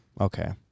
Okay